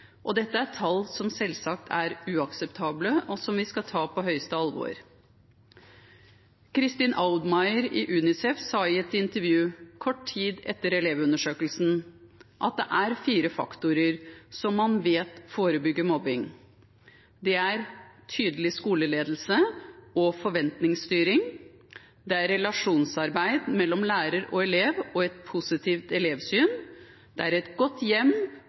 Dette er tall som selvsagt er uakseptable, og som vi skal ta på høyeste alvor. Kristin Oudmayer i UNICEF sa i et intervju kort tid etter elevundersøkelsen at det er fire faktorer som man vet forebygger mobbing: Det er tydelig skoleledelse og forventningsstyring, relasjonsarbeid mellom lærer og elev og et positivt elevsyn, et godt